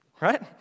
right